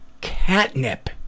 Catnip